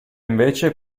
invece